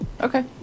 Okay